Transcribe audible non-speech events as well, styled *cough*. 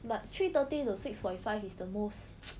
but three thirty to six forty five is the most *noise*